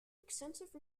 extensive